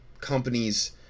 companies